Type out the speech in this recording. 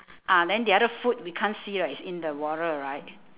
ah then the other foot we can't see right it's in the water right